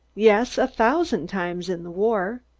yes, a thousand times in the war.